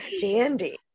dandy